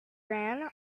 ran